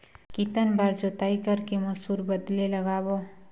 कितन बार जोताई कर के मसूर बदले लगाबो?